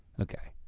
okay.